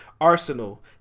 Arsenal